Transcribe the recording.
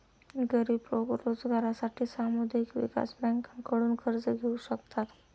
गरीब लोक रोजगारासाठी सामुदायिक विकास बँकांकडून कर्ज घेऊ शकतात